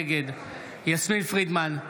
נגד יסמין פרידמן,